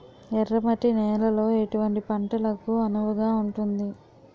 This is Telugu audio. ఎర్ర మట్టి నేలలో ఎటువంటి పంటలకు అనువుగా ఉంటుంది?